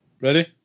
Ready